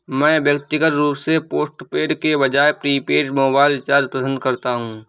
मैं व्यक्तिगत रूप से पोस्टपेड के बजाय प्रीपेड मोबाइल रिचार्ज पसंद करता हूं